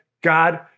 God